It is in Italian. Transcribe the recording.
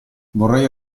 vorrei